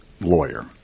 lawyer